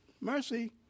mercy